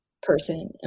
person